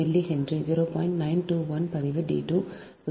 921 பதிவு d 2 க்கு சமம்